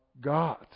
God